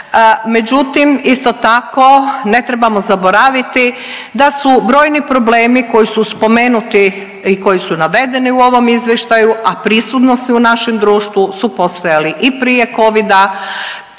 međutim isto tako ne trebamo zaboraviti da su brojni problemi koji su spomenuti i koji su navedeni u ovom izvještaju, a prisutni su u našem društvu, su postojali i prije covida,